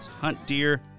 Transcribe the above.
HUNTDEER